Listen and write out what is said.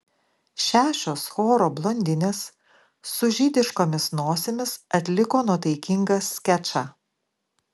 šešios choro blondinės su žydiškomis nosimis atliko nuotaikingą skečą